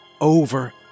over